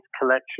collection